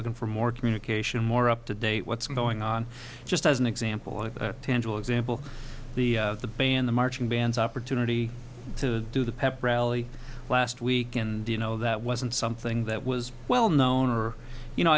looking for more communication more up to date what's going on just as an example of a tangible example the of the band the marching bands opportunity to do the pep rally last week and you know that wasn't something that was well known or you know